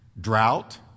drought